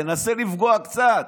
תנסה לפגוע קצת